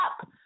up